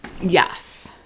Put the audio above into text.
yes